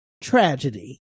Tragedy